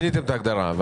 ההגדרה?